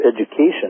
education